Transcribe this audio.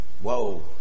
Whoa